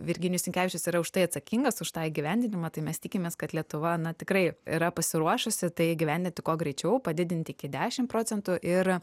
virginijus sinkevičius yra už tai atsakingas už tą įgyvendinimą tai mes tikimės kad lietuva na tikrai yra pasiruošusi tai įgyvendinti kuo greičiau padidinti iki dešim procentų ir